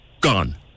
Gone